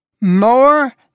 More